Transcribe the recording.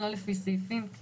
לא לפי סעיפים.